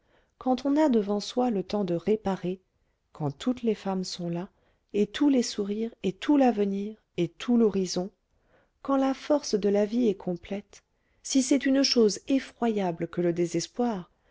quand on a devant soi le temps de réparer quand toutes les femmes sont là et tous les sourires et tout l'avenir et tout l'horizon quand la force de la vie est complète si c'est une chose effroyable que le désespoir